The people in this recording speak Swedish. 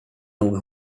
nog